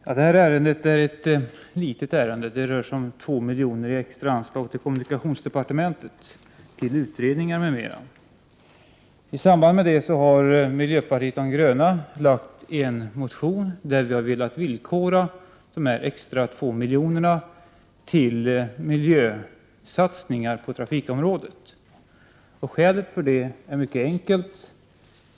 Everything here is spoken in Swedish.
Herr talman! Detta ärende är ett litet ärende. Det rör sig om 2 miljoner i extra anslag till kommunikationsdepartementet till utredningar m.m. I samband med det har miljöpartiet de gröna väckt en motion där vi har velat villkora dessa extra 2 miljoner till miljösatsningar på trafikområdet. Skälet till det är mycket enkelt.